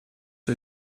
you